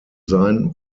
sein